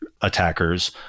attackers